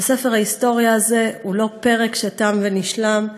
וספר ההיסטוריה הזה הוא לא פרק שתם ונשלם,